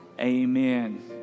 amen